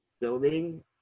building